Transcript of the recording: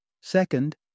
Second